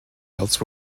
else